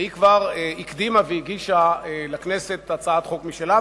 והיא כבר הקדימה והגישה לכנסת הצעת חוק משלה,